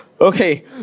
Okay